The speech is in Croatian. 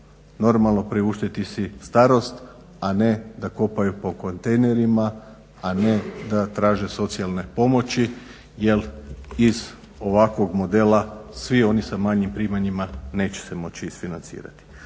normalno priuštiti si starost, a ne da kopaju po kontejnerima, a ne da traže socijalne pomoći. Jer iz ovakvog modela svi oni sa manjim primanjima neće se moći isfinancirati.